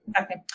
Okay